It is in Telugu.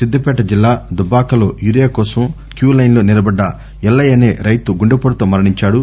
సిద్ధిపేట జిల్లా దుబ్బాకలో యూరియాకోసం క్యూ లైన్లో నిలబడ్డ ఎల్లయ్య అనే రైతు గుండెపోటుతో మరణించాడు